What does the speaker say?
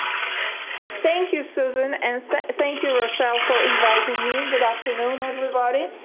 so thank you, susan and thank you rochelle for inviting me. good afternoon everybody.